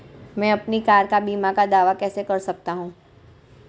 मैं अपनी कार बीमा का दावा कैसे कर सकता हूं?